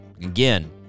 Again